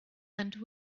and